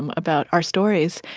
um about our stories.